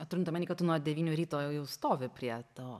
turint omeny kad tu nuo devynių ryto jau stovi prie to